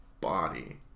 body